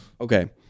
Okay